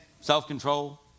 self-control